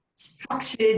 structured